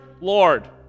Lord